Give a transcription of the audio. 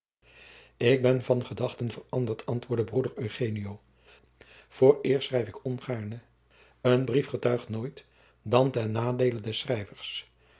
ik ben van gedachten veranderd antwoordde broeder eugenio vooreerst schrijf ik ongaarne een brief getuigt nooit dan ten nadeele des schrijvers